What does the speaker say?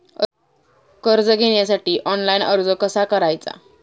कर्ज घेण्यासाठी ऑनलाइन अर्ज कसा करायचा?